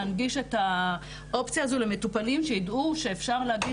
להנגיש את האופציה הזו למטופלים שידעו שאפשר להגיש